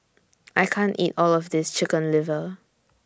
I can't eat All of This Chicken Liver